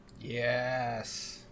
yes